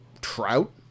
trout